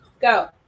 go